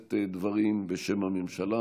לשאת דברים בשם הממשלה.